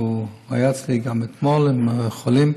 שהיה אצלי גם אתמול עם חולים.